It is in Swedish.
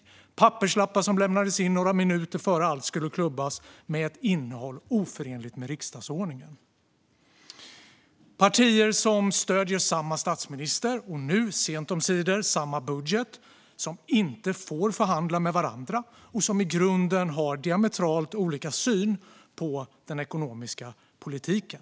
Det var papperslappar som lämnades in några minuter innan allt skulle klubbas igenom med ett innehåll oförenligt med riksdagsordningen. Det handlar om partier som stöder samma statsminister och nu, sent omsider, samma budget men som inte får förhandla med varandra och som i grunden har diametralt olika syn på den ekonomiska politiken.